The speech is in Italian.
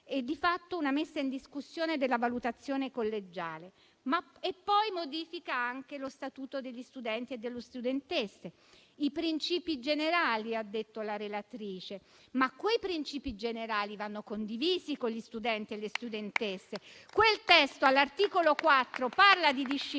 di fatto, una messa in discussione della valutazione collegiale. Esso poi modifica anche lo statuto degli studenti e delle studentesse; i principi generali, ha detto la relatrice. Ma quei principi generali vanno condivisi con gli studenti e le studentesse. Quel testo, all'articolo 4, parla di disciplina